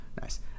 nice